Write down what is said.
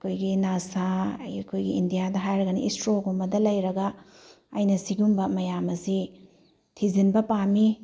ꯑꯩꯈꯣꯏꯒꯤ ꯅꯥꯁꯥ ꯑꯩꯈꯣꯏꯒꯤ ꯏꯟꯗꯤꯌꯥꯗ ꯍꯥꯏꯔꯒꯅ ꯏꯁ꯭ꯔꯣꯒꯨꯝꯕꯗ ꯂꯩꯔꯒ ꯑꯩꯅ ꯁꯤꯒꯨꯝꯕ ꯃꯌꯥꯝ ꯑꯁꯤ ꯊꯤꯖꯤꯟꯕ ꯄꯥꯝꯃꯤ